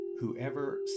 Whoever